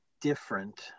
different